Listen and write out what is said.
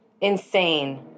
insane